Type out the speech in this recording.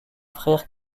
frère